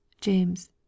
james